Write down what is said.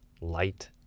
light